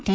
T